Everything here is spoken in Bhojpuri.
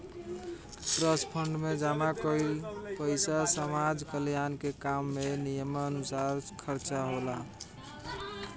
ट्रस्ट फंड में जमा कईल पइसा समाज कल्याण के काम में नियमानुसार खर्चा होला